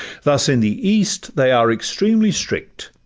thus in the east they are extremely strict,